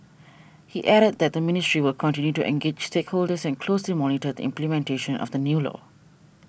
he added that the ministry will continue to engage stakeholders and closely monitor the implementation of the new law